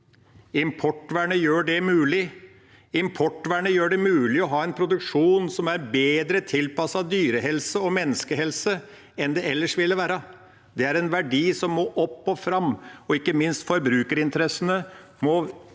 Importvernet gjør det mulig å ha en produksjon som er bedre tilpasset dyrehelse og menneskehelse enn det ellers ville være. Det er en verdi som må opp og fram, og ikke minst må forbrukerinteressene